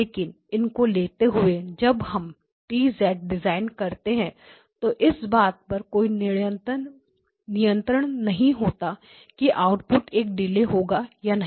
लेकिन इनको लेते हुए जब हम T डिजाइन करते हैं तो इस बात पर कोई नियंत्रण नहीं होता कि आउटपुट एक डिले होगा या नहीं